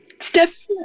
Steph